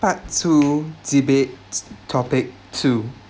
part two debate topic two